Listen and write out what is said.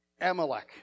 Amalek